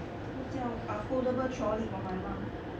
这个叫 a foldable trolley for my mum